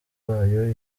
zayo